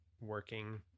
working